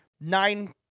nine